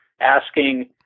asking